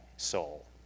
soul